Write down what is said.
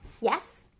Yes